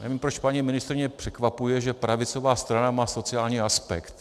Nevím, proč paní ministryni překvapuje, že pravicová strana má sociální aspekt.